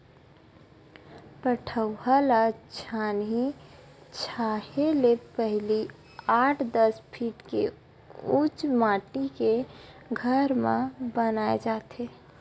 पठउवा ल छानही छाहे ले पहिली आठ, दस फीट के उच्च माठी के घर म बनाए जाथे